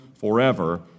forever